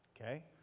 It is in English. okay